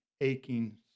aching